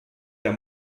der